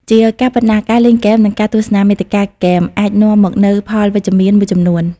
ជាការពិតណាស់ ការលេងហ្គេម និងការទស្សនាមាតិកាហ្គេមអាចនាំមកនូវ ផលវិជ្ជមាន មួយចំនួន។